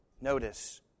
notice